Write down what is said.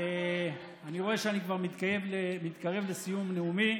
אני רואה שאני כבר מתקרב לסיום נאומי.